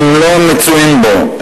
לא מצויים בו.